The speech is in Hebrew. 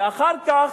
ואחר כך,